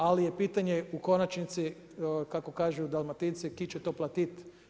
Ali je pitanje u konačnici kako kažu Dalmatinci „Ki će to platit?